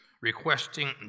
requesting